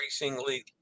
increasingly